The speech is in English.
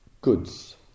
Goods